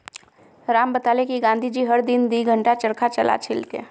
राम बताले कि गांधी जी हर दिन दी घंटा चरखा चला छिल की